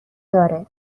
داره